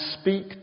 speak